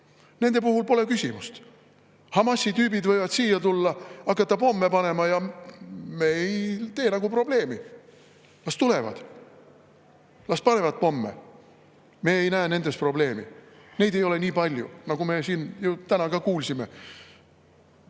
nende puhul pole küsimust. Hamasi tüübid võivad siia tulla, hakata pomme panema ja me ei tee nagu probleemi. Las tulevad, las panevad pomme! Me ei näe nendes probleemi. Neid ei ole nii palju, nagu me täna ka kuulsime